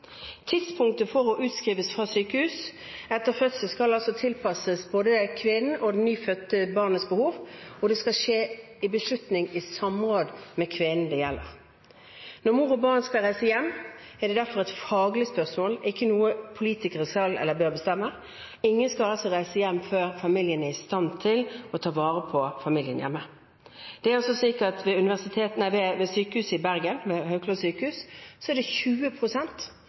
Tidspunktet for å bli utskrevet fra sykehus etter fødsel skal tilpasses både kvinnen og det nyfødte barnets behov, og det skal skje en beslutning i samråd med kvinnen det gjelder. Når mor og barn skal reise hjem, er derfor et faglig spørsmål og ikke noe politikere skal eller bør bestemme. Ingen skal reise hjem før familien er i stand til å ta vare på familien hjemme. Det er slik at ved sykehuset i Bergen, Haukeland universitetssykehus, er det 20 pst. av kvinnene i